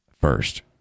first